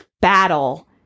battle